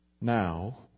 now